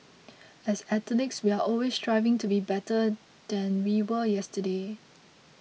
as athletes we are always striving to be better than we were yesterday